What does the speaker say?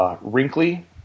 Wrinkly